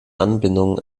anbindung